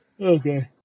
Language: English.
Okay